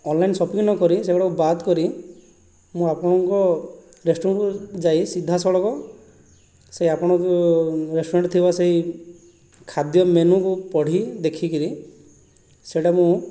online shopping ନ କରି ସେଗୁଡ଼ାକୁ ବାଦ କରି ମୁଁ ଆପଣଙ୍କ ରେଷ୍ଟୁରାଣ୍ଟକୁ ଯାଇ ସିଧାସଳଖ ସେ ଆପଣଙ୍କ ରେଷ୍ଟୁରାଣ୍ଟ ଥିବା ସେହି ଖାଦ୍ୟ ମେନ୍ୟୁକୁ ପଢ଼ି ଦେଖିକରି ସେଇଟା ମୁଁ